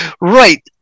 Right